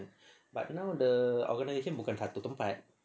but now the organisation bukan satu tempat